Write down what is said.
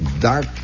dark